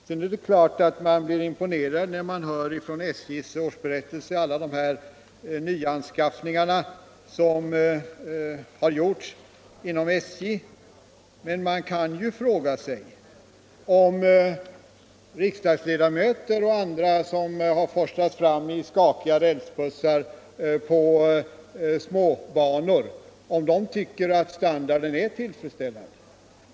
Det är klart man blir imponerad när man ur SJ:s årsberättelser hör om alla nyanskaffningar som har gjorts, men man kan fråga sig om riksdagsledamöter och andra som har forslats fram i skakiga rälsbussar på småbanor tycker att standarden är tillfredsställande.